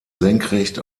senkrecht